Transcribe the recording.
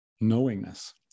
knowingness